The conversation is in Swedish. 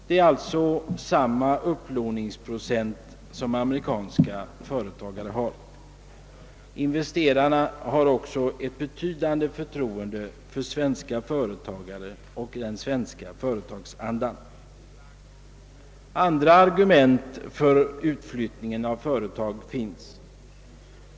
Det är alltså samma upplåningsprocent som amerikanska företagare har. Investerarna har också ett betydande förtroende för svenska företag och för den svenska företagsandan. Andra argument för utflyttningen av företag finns.